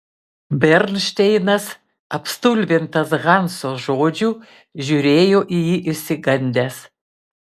bernšteinas apstulbintas hanso žodžių žiūrėjo į jį išsigandęs